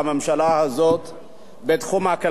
בתחום הכלכלי-חברתי.